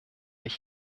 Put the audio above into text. ich